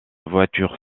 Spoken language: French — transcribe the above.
voiture